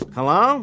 Hello